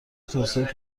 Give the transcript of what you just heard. توسعه